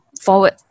forward